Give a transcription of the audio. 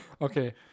Okay